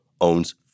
owns